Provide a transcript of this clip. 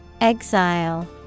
Exile